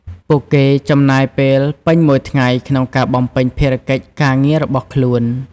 ពួកគេចំណាយពេលពេញមួយថ្ងៃក្នុងការបំពេញភារកិច្ចការងាររបស់ខ្លួន។